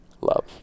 love